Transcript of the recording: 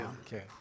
Okay